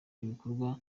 ibikorwa